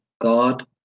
God